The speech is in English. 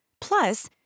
Plus